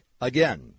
Again